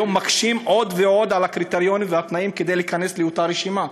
כיום מקשים עוד ועוד את הקריטריונים והתנאים כדי להיכנס לאותה רשימה.